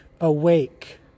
Awake